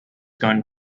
gone